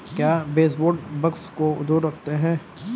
क्या baseboard bugs को दूर रखते हैं?